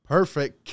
Perfect